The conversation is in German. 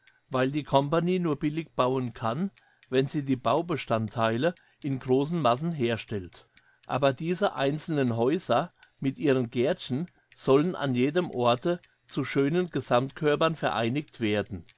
weil die company nur billig bauen kann wenn sie die baubestandtheile in grossen massen herstellt aber diese einzelnen häuser mit ihren gärtchen sollen an jedem orte zu schönen